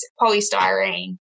polystyrene